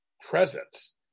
presence